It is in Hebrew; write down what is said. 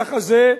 הנוסח הזה,